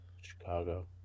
Chicago